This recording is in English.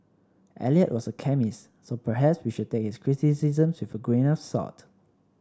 Eliot was a chemist so perhaps we should take his criticisms with a grain of salt